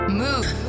move